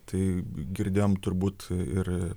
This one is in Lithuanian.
tai girdėjom turbūt ir